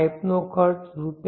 પાઇપનો ખર્ચ રૂ